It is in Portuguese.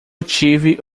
tive